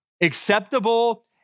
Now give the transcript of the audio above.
Acceptable